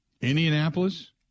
Indianapolis